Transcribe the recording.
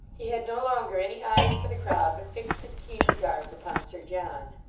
he had no longer any eyes for the crowd, but fixed his keen regards upon sir john.